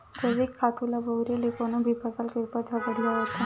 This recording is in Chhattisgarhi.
जइविक खातू ल बउरे ले कोनो भी फसल के उपज ह बड़िहा होथे